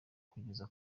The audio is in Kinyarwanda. kugeza